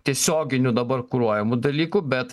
tiesioginiu dabar kuruojamu dalyku bet